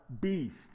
beast